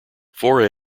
four